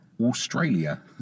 Australia